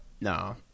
No